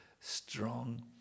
strong